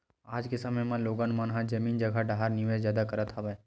आज के समे म लोगन मन ह जमीन जघा डाहर निवेस जादा करत हवय